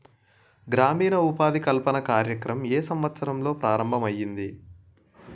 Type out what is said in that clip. గ్రామీణ ఉపాధి కల్పన కార్యక్రమం ఏ సంవత్సరంలో ప్రారంభం ఐయ్యింది?